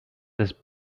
this